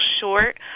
short